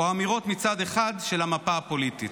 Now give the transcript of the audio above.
או על אמירות מצד אחד של המפה הפוליטית.